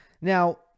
Now